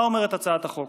מה אומרת הצעת החוק?